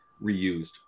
reused